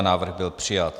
Návrh byl přijat.